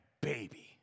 baby